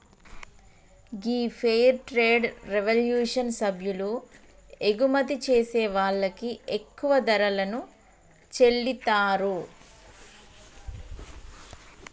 గీ fair trade revolution సభ్యులు ఎగుమతి చేసే వాళ్ళకి ఎక్కువ ధరలను చెల్లితారు